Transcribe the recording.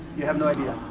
you have no idea.